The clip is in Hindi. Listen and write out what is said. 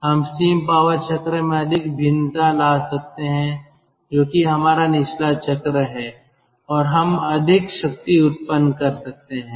हम स्टीम पावर चक्र में अधिक भिन्नता ला सकते हैं जो कि हमारा निचला चक्र है और हम अधिक शक्ति उत्पन्न कर सकते हैं